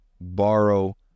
borrow